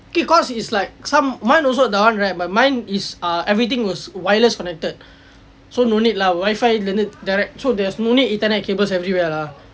okay cause is like some mine also that one right but mine is err everything was wireless connected so no need lah wifi no need direct so there's no need ethernet cables everywhere lah